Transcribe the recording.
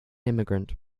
immigrant